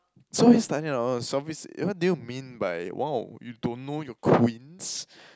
so it's like that hor so i~ what did you mean by !wow! you don't know you're Queens